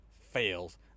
fails